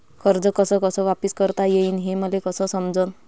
कर्ज कस कस वापिस करता येईन, हे मले कस समजनं?